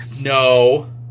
No